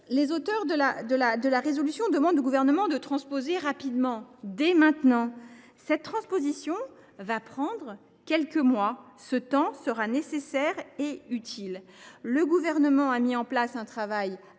proposition de résolution demandent au Gouvernement de transposer rapidement, dès maintenant, mais ce travail va prendre quelques mois. Ce temps sera nécessaire et utile. Le Gouvernement a mis en action un travail